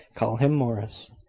call him, morris.